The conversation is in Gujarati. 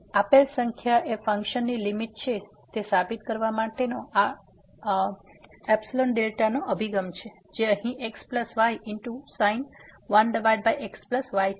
તેથી આપેલ સંખ્યા એ ફંક્શન ની લીમીટ છે તે સાબિત કરવા માટેનો આ ϵδ અભિગમ છે જે અહીં xysin 1xy છે